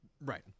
Right